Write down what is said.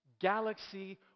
galaxy